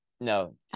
No